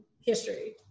history